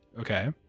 Okay